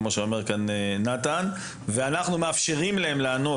כמו שאומר נתן, ואנחנו מאפשרים להם לענות.